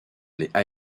les